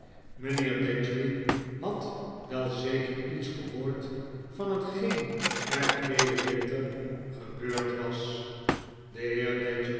mijnheer datchery had wel zeker iets gehoord van hetgeen er verleden winter gebeurd was